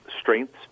strengths